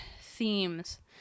themes